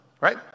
right